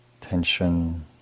tension